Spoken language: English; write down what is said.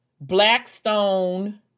Blackstone